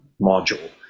module